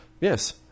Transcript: yes